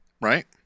right